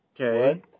okay